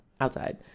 outside